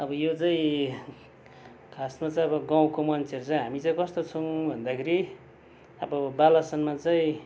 अब यो चाहिँ खासमा चाहिँ अब गाउँको मान्छेहरू चाहिँ हामी चाहिँ कस्तो छौँ भन्दाखेरि अब बालासनमा चाहिँ